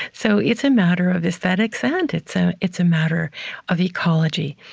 so it's a matter of aesthetics and it's so it's a matter of ecology.